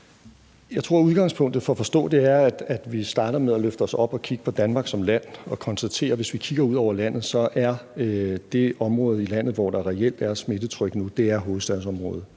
Jeg tror, at udgangspunktet for at forstå det er, at vi starter med at løfte os op og kigge på Danmark som land og konstatere, at hvis vi kigger ud over landet, er det område i landet, hvor der reelt er et smittetryk nu, hovedstadsområdet,